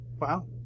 Wow